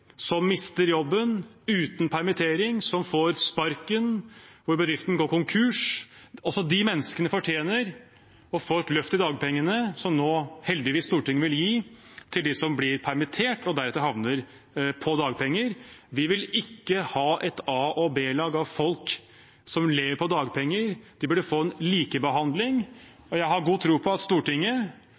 som mister jobben uten permittering, som får sparken, hvor bedriften går konkurs. Også de menneskene fortjener å få et løft i dagpengene, som Stortinget nå heldigvis vil gi til dem som blir permittert og deretter havner på dagpenger. Vi vil ikke ha et a- og b-lag av folk som lever på dagpenger. De burde få en likebehandling, og jeg har god tro på at Stortinget